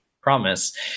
promise